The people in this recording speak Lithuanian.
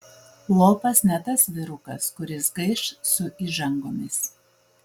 lopas ne tas vyrukas kuris gaiš su įžangomis